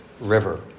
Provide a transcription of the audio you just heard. River